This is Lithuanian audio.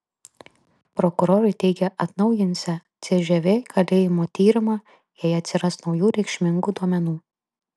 prokurorai teigia atnaujinsią cžv kalėjimo tyrimą jei atsiras naujų reikšmingų duomenų